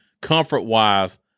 comfort-wise